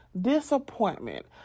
Disappointment